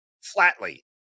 flatly